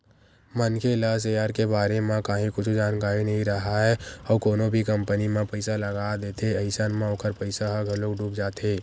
मनखे ला सेयर के बारे म काहि कुछु जानकारी नइ राहय अउ कोनो भी कंपनी म पइसा लगा देथे अइसन म ओखर पइसा ह घलोक डूब जाथे